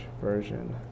version